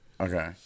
Okay